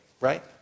Right